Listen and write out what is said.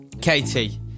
Katie